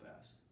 fast